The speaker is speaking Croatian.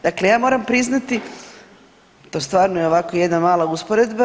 Dakle, ja moram priznati to stvarno je ovako jedna mala usporedba.